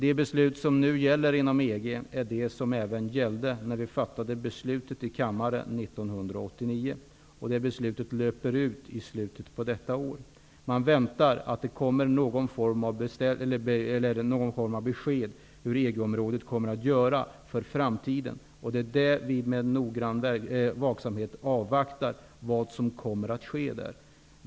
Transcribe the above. Det beslut som nu gäller inom EG är det som gällde också när vi fattade beslut här i kammaren 1989. Det beslutet löper ut i slutet av detta år. Man väntar på någon form av besked om hur EG-området kommer att göra inför framtiden. Det är det beskedet som vi med största vaksamhet avvaktar.